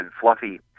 fluffy